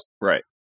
Right